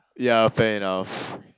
yeah fair enough